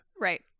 Right